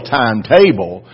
timetable